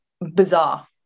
bizarre